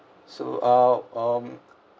so uh um